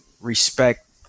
respect